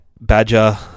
badger